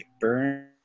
burn